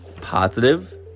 positive